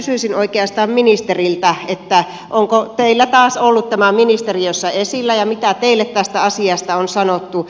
kysyisin oikeastaan ministeriltä onko teillä taas ollut tämä ministeriössä esillä ja mitä teille tästä asiasta on sanottu